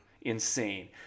Insane